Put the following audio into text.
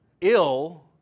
ill